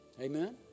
Amen